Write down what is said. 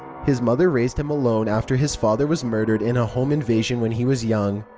his mother raised him alone after his father was murdered in a home invasion when he was young.